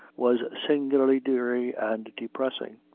was singularly dreary and depressing.